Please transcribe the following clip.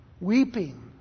Weeping